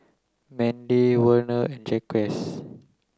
Mendy Werner and Jacquez